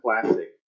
classic